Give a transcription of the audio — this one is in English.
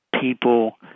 people